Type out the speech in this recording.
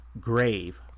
grave